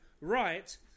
right